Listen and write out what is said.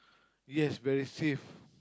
yes very safe